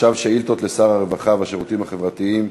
עכשיו שאילתות לשר הרווחה והשירותים החברתיים.